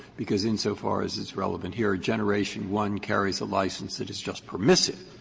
because insofar as it's relevant here generation one carries the license that is just permissive.